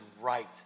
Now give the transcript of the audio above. right